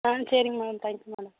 ஆ சரி ma'am thank you madam